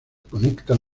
conectan